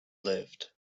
lived